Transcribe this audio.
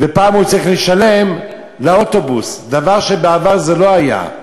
ופעם הוא צריך לשלם לאוטובוס, דבר שבעבר לא היה.